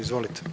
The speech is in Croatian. Izvolite.